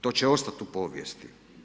To će ostati u povijesti.